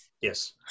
Yes